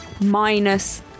minus